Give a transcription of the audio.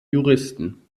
juristen